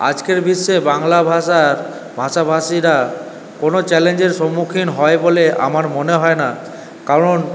আজকের বিশ্বে বাংলা ভাষা ভাষাভাষিরা কোনো চ্যালেঞ্জের সম্মুখীন হয় বলে আমার মনে হয় না কারণ